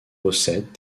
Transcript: recettes